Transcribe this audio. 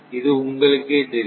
இது உங்களுக்கே தெரியும்